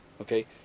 Okay